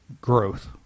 growth